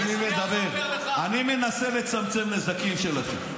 אני מנסה לצמצם נזקים שלכם.